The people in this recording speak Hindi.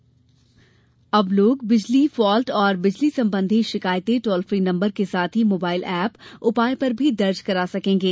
विद्युत एप अब लोग बिजली फॉल्ट एवं बिल संबंधी शिकायतें टोल फ्री नंबर के साथ ही मोबाइल एप उपाय पर भी दर्ज करा सकेंगे